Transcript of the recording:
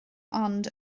ond